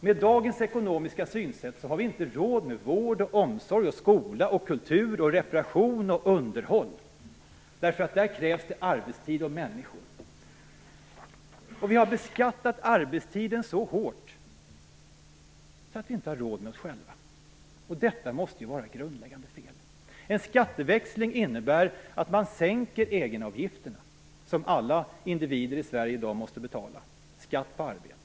Med dagens ekonomiska synsätt har vi inte råd med vård, omsorg, skola, kultur, reparationer och underhåll eftersom det kräver arbetstid och människor. Vi har beskattat arbetstiden så hårt att vi inte har råd med oss själva. Detta måste vara ett grundläggande fel. En skatteväxling innebär att man sänker egenavgifterna som alla individer i Sverige i dag måste betala, dvs. skatt på arbete.